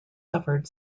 suffered